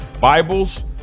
Bibles